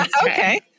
okay